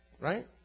Right